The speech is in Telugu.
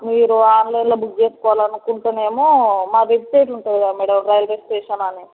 మీరు ఆన్లైన్లో బుక్ చేసుకోవాలనుకుంటేనేమో మా వెబ్సైట్లు ఉంటాయి కదా మేడం రైల్వే స్టేషన్ అని